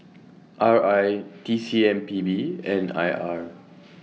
R I T C M P B and I R